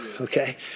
okay